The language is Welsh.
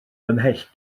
ymhell